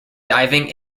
diving